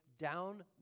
Down